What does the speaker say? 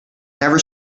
never